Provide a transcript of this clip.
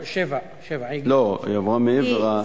לא, 7. לא, היא עברה מעבר.